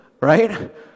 right